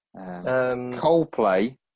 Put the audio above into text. Coldplay